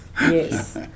Yes